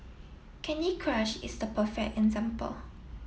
Candy Crush is the perfect example